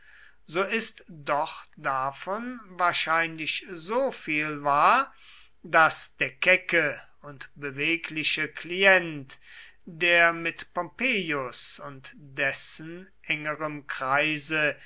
so ist doch davon wahrscheinlich so viel wahr daß der kecke und bewegliche klient der mit pompeius und dessen engerem kreise